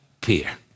peer